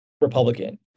Republican